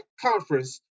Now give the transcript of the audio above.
conference